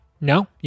no